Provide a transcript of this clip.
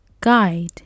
guide